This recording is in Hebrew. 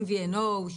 MVNO,